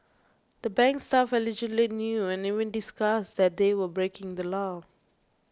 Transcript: the bank's staff allegedly knew and even discussed that they were breaking the law